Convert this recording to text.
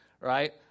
right